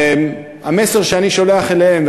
המסר שאני שולח אליהם,